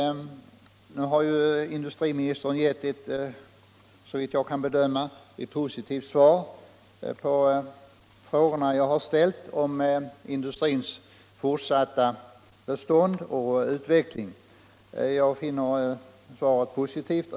Nu har ju industriministern gett ett, såvitt jag kan bedöma, positivt svar på de frågor jag har ställt om industrins fortsatta bestånd och utveckling.